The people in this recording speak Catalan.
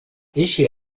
eixe